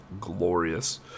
glorious